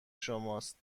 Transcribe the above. شماست